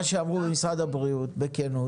מה שאמרו במשרד הבריאות בכנות הוא